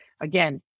again